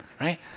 right